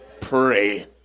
pray